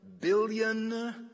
billion